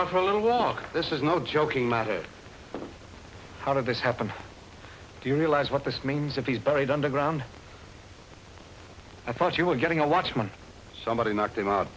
on for a little walk this is no joking matter how did this happen do you realize what this means if he's buried underground i thought you were getting a watchman somebody knock